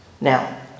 Now